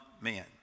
men